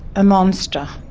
a monster.